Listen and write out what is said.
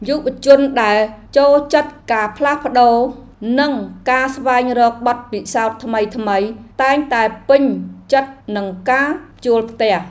យុវជនដែលចូលចិត្តការផ្លាស់ប្តូរ និងការស្វែងរកបទពិសោធន៍ថ្មីៗ តែងតែពេញចិត្តនឹងការជួលផ្ទះ។